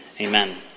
Amen